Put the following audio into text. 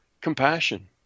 compassion